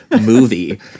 movie